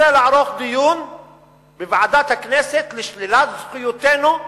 ורוצה לערוך דיון בוועדת הכנסת לשלילת זכויותינו,